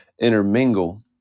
intermingle